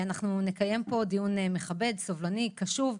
אנחנו נקיים פה דיון מכבד, סובלני וקשוב.